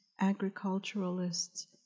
agriculturalists